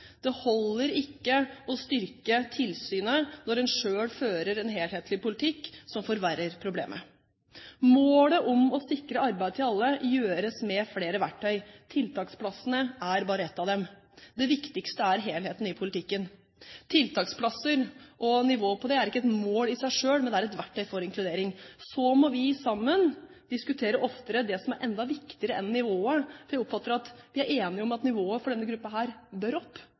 Det holder ikke å styrke tilsynet når en selv fører en helhetlig politikk som forverrer problemet. Målet om å sikre arbeid til alle gjøres med flere verktøy. Tiltaksplassene er bare ett av dem. Det viktigste er helheten i politikken. Tiltaksplasser og -nivå er ikke et mål i seg selv, men det er et verktøy for inkludering. Så må vi sammen diskutere oftere det som er enda viktigere enn nivået, for jeg oppfatter at vi er enige om at nivået for denne gruppen bør opp.